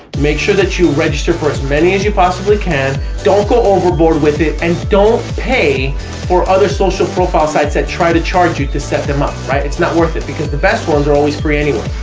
make sure that you register for as many as you possibly can don't go overboard with it and don't pay or other social profile sites that try to charge you to set them up right it's not worth it because the best ones are always free anyway.